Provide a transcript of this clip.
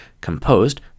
composed